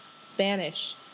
Spanish